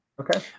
okay